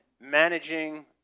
managing